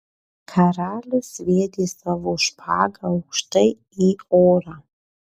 karalius sviedė savo špagą aukštai į orą